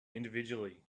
individually